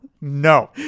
No